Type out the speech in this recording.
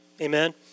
amen